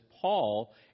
Paul